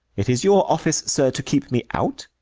it is your office, sir, to keep me out?